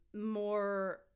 more